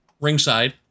ringside